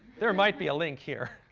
there might be a link here.